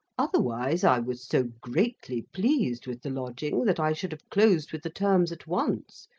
otherwise, i was so greatly pleased with the lodging that i should have closed with the terms at once,